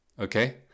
okay